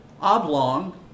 oblong